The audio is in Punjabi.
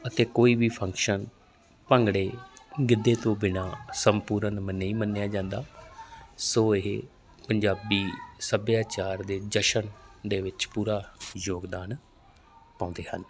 ਅਸੀਂ ਕੋਈ ਵੀ ਫੰਕਸ਼ਨ ਭੰਗੜੇ ਗਿੱਦੇ ਤੋਂ ਬਿਨਾਂ ਸੰਪੂਰਨ ਮੰਨੀ ਮੰਨਿਆ ਜਾਂਦਾ ਸੋ ਇਹ ਪੰਜਾਬੀ ਸੱਭਿਆਚਾਰ ਦੇ ਜਸ਼ਨ ਦੇ ਵਿੱਚ ਪੂਰਾ ਯੋਗਦਾਨ ਪਾਉਂਦੇ ਹਨ